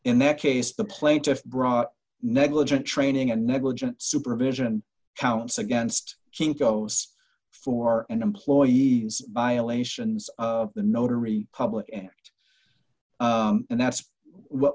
in that case the plaintiff brought negligent training and negligent supervision counts against tito's for and employees by elations of the notary public and and that's what